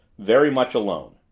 very much alone.